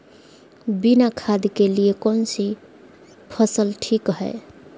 बिना खाद के लिए कौन सी फसल ठीक है?